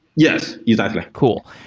yes, exactly cool.